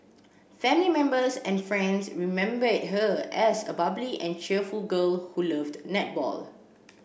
family members and friends remembered her as a bubbly and cheerful girl who loved netball